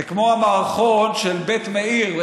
זה כמו המערכון של בית מאיר,